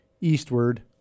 eastward